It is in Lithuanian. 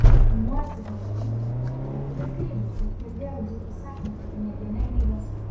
norisi pasakyti kad matėme kelis grybus bet girdėjau dzūkus sakant kad ūmėdė ne grybas